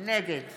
נגד